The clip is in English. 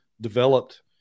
developed